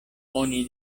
oni